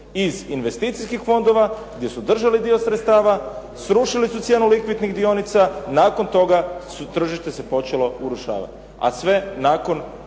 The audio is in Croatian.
iz investicijskih fondova gdje su držali dio sredstava, srušili su cijenu likvidnih dionica. Nakon toga tržište se počelo urušavati, a sve nakon,